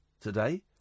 today